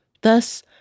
Thus